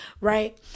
Right